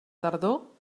tardor